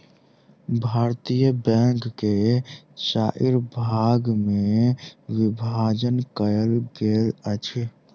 भारतीय बैंक के चाइर भाग मे विभाजन कयल गेल अछि